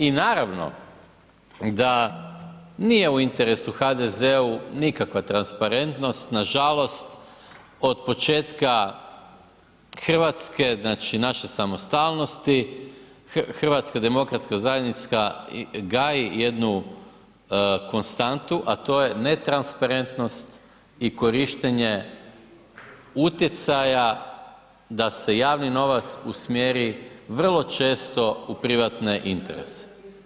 I naravno da nije u interesu HDZ-u nikakva transparentnost nažalost, otpočetka RH, znači naše samostalnosti, HDZ gaji jednu konstantu, a to je netransparentnost i korištenje utjecaja da se javni novac usmjeri vrlo često u privatne interese.